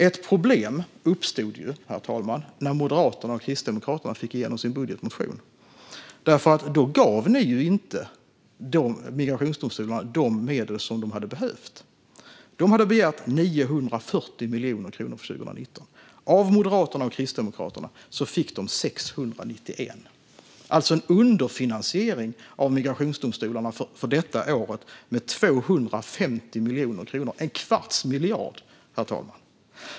Ett problem uppstod när Moderaterna och Kristdemokraterna fick igenom sin budgetmotion. Då gav man nämligen inte migrationsdomstolarna de medel som de hade behövt. De hade begärt 940 miljoner kronor för 2019. Av Moderaterna och Kristdemokraterna fick de 691. Det var alltså en underfinansiering av migrationsdomstolarna för detta år med 250 miljoner kronor - en kvarts miljard, herr talman.